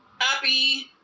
happy